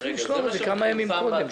הייתם צריכים לשלוח את זה כמה ימים קודם,